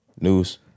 news